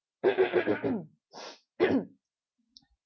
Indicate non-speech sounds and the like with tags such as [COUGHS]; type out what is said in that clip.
[COUGHS] [BREATH] [COUGHS] [NOISE]